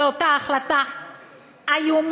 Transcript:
לאותה החלטה איומה,